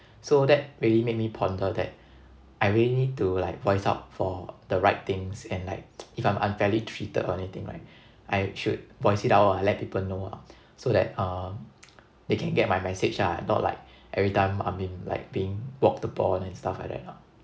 so that really made me ponder that I really need to like voice out for the right things and like if I'm unfairly treated or anything right I should voice it out or let people know ah so that uh they can get my message lah not like every time I mean like being walked upon and stuff like that lah